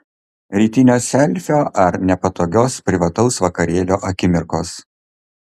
rytinio selfio ar nepatogios privataus vakarėlio akimirkos